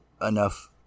enough